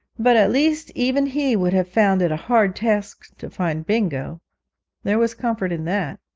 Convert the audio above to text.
but at least even he would have found it a hard task to find bingo there was comfort in that.